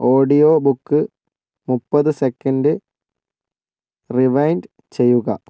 audio book മുപ്പത് second rewind ചെയ്യുക